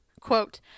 quote